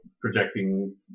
projecting